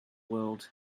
world